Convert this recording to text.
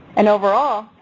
and overall,